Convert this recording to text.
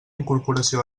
incorporació